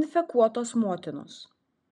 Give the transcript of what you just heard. infekuotos motinos